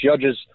judges